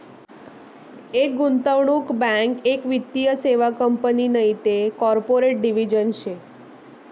एक गुंतवणूक बँक एक वित्तीय सेवा कंपनी नैते कॉर्पोरेट डिव्हिजन शे